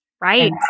Right